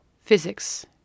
Physics